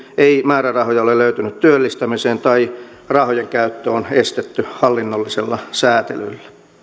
ei määrärahoja ole löytynyt työllistämiseen tai rahojen käyttö on estetty hallinnollisella säätelyllä